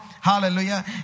hallelujah